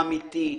אמיתי.